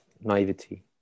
naivety